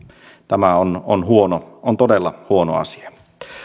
tämä on todella huono asia